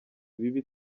bibi